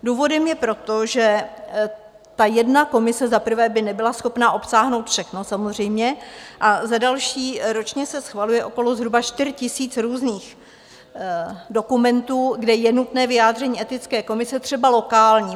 Důvodem je to, že ta jedna komise za prvé by nebyla schopna obsáhnout všechno samozřejmě, a za další, ročně se schvaluje okolo zhruba čtyř tisíc různých dokumentů, kde je nutné vyjádření etické komise, třeba lokální.